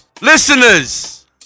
Listeners